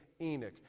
Enoch